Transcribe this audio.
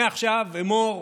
מעכשיו אמור: